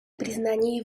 признание